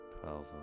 Twelve